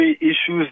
issues